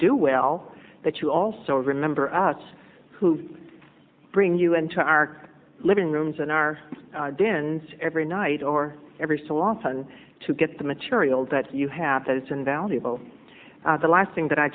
do well that you also remember us who've bring you into our living rooms and are then every night or every so often to get the material that you have that is invaluable the last thing that i